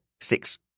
six